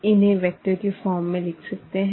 इन्हे वेक्टर की फॉर्म में लिख सकते है